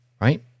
right